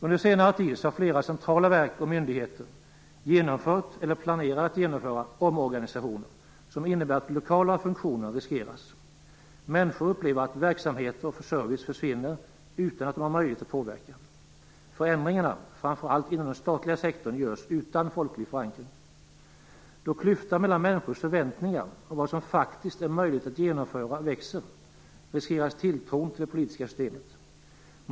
Under senare tid har flera centrala verk och myndigheter genomfört eller planerat genomföra omorganisationer, som innebär att lokala funktioner riskeras. Människor upplever att verksamheter och service försvinner utan att de har möjlighet att påverka. Förändringarna, framför allt inom den statliga sektorn, görs utan folklig förankring. Då klyftan mellan människors förväntningar och vad som faktiskt är möjligt att genomföra växer riskeras tilltron till det politiska systemet.